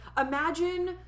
imagine